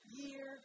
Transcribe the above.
year